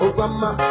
Obama